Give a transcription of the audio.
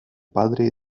padre